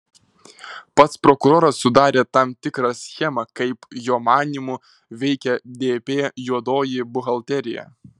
pats prokuroras sudarė tam tikrą schemą kaip jo manymu veikė dp juodoji buhalterija